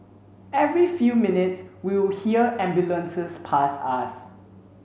every few minutes we would hear ambulances pass us